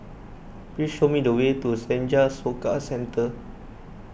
please show me the way to Senja Soka Centre